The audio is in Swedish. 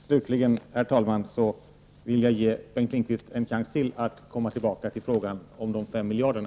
Slutligen, herr talman, vill jag ge Bengt Lindqvist ännu en chans att komma tillbaka till frågan om de fem miljarderna.